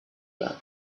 that